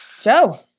Joe